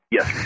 Yes